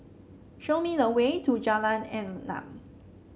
show me the way to Jalan Enam